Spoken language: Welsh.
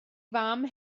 fam